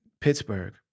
Pittsburgh